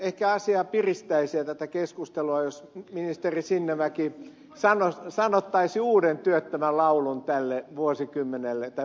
ehkä asiaa piristäisi ja tätä keskustelua jos ministeri sinnemäki sanoittaisi uuden työttömän laulun tälle vuosikymmenelle tai vuosisadalle